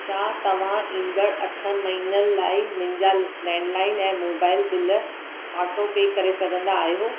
छा तव्हां ईंदड़ अठिनि महिननि लाइ मुंहिंजा लैंडलाइन ऐं मोबाइल बिल ऑटो पे करे सघंदा आहियो